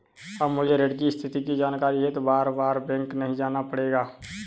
अब मुझे ऋण की स्थिति की जानकारी हेतु बारबार बैंक नहीं जाना पड़ेगा